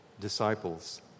disciples